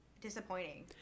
disappointing